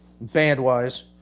band-wise